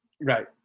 Right